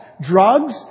Drugs